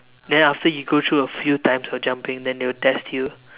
then after you go through a few times of jumping then they will test you